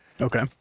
Okay